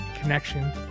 connection